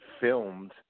filmed